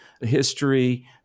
History